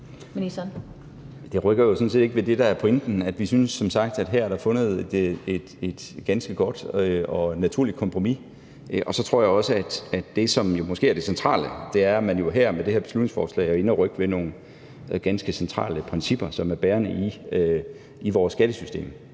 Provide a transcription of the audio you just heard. Det rykker jo sådan set ikke ved det, der er pointen: at vi som sagt synes, at der her er fundet et ganske godt og naturligt kompromis. Så tror jeg også, at det, som måske er det centrale, jo er, at man med det her beslutningsforslag er inde at rykke ved nogle ganske centrale principper, som er bærende i vores skattesystem.